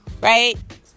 right